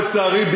לצערי,